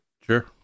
sure